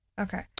Okay